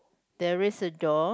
there is a door